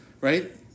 right